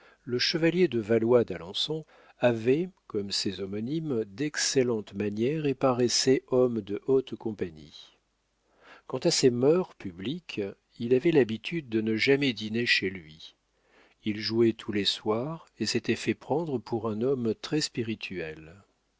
le chevalier de valois d'alençon avait comme ses homonymes d'excellentes manières et paraissait homme de haute compagnie quant à ses mœurs publiques il avait l'habitude de ne jamais dîner chez lui il jouait tous les soirs et s'était fait prendre pour un homme